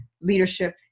leadership